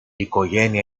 οικογένεια